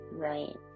right